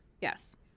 Yes